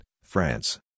France